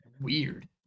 Weird